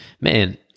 man